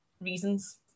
reasons